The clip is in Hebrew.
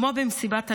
כמו במסיבת הנובה,